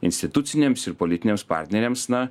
instituciniams ir politiniams partneriams na